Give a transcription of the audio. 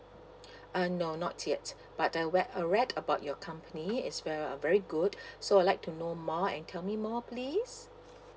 uh no not yet but I we~ I read about your company is ve~ uh very good so I'd like to know more and tell me more please